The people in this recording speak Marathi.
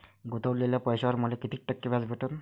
गुतवलेल्या पैशावर मले कितीक टक्के व्याज भेटन?